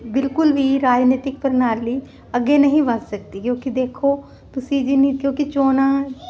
ਬਿਲਕੁਲ ਵੀ ਰਾਜਨੀਤਿਕ ਪ੍ਰਣਾਲੀ ਅੱਗੇ ਨਹੀਂ ਵੱਧ ਸਕਦੀ ਕਿਉਂਕਿ ਦੇਖੋ ਤੁਸੀਂ ਜਿੰਨੀ ਕਿਉਂਕਿ ਚੋਣਾਂ